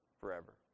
forever